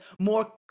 more